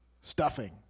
stuffing